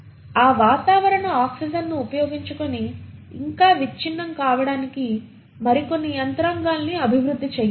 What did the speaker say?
ఆ వాతావరణ ఆక్సిజన్ను ఉపయోగించుకుని ఇంకా విచ్ఛిన్నం కావడానికి మరికొన్ని యంత్రాంగాల్ని అభివృద్ధి చేయాలి